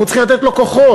אנחנו צריכים לתת לו כוחות,